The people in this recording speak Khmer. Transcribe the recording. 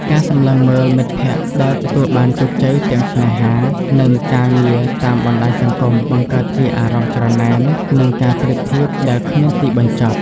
ការសម្លឹងមើលមិត្តភក្តិដែលទទួលបានជោគជ័យទាំងស្នេហា និងការងារតាមបណ្តាញសង្គម បង្កើតជាអារម្មណ៍ច្រណែន និងការប្រៀបធៀបដែលគ្មានទីបញ្ចប់។